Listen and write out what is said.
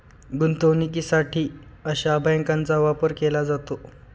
गुंतवणुकीसाठीही अशा बँकांचा वापर केला जातो